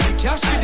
cash